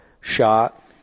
shot